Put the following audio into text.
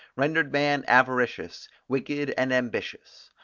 rendered man avaricious, wicked and ambitious.